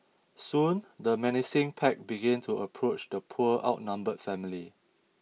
soon the menacing pack begin to approach the poor outnumbered family